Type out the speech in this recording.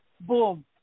boom